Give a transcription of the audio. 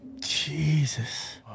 Jesus